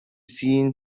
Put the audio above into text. seen